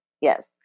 Yes